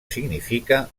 significa